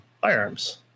firearms